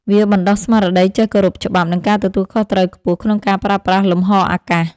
វាបណ្ដុះស្មារតីចេះគោរពច្បាប់ និងការទទួលខុសត្រូវខ្ពស់ក្នុងការប្រើប្រាស់លំហអាកាស។